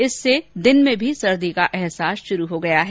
इससे दिन में भी सर्दी का अहसास शुरू हो गया है